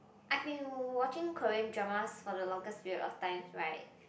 I've been watching Korean dramas for the longest period of time right